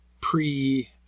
pre